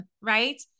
right